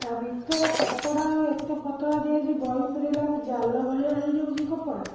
ତା'ଭିତର କପଡ଼ା ଏତେ ପତଳା ଦିଆହେଇଛି ବହି ପୂରାଇଲା ବେଳକୁ ଜାଲ ଭଳିଆ ହେଇଯାଉଛି କପଡ଼ା